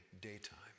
daytime